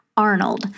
Arnold